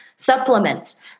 supplements